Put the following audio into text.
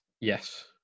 yes